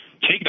take